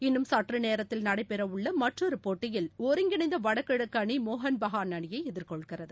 இன்னும் சற்றுநேரத்தில் நடைபெறவுள்ளமற்றொருபோட்டியில் ஒருங்கிணைந்தவடகிழக்குஅணி மோகன் பெகான் அணியைஎதிர்கொள்கிறது